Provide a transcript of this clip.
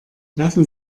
lassen